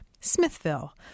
Smithville